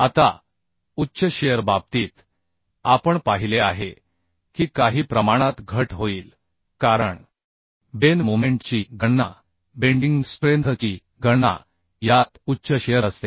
आता उच्च शिअर बाबतीत आपण पाहिले आहे की काही प्रमाणात घट होईल कारण बेन मोमेंट ची गणना बेंडिंग स्ट्रेंथ ची गणना यात उच्च शिअर असते